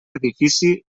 edifici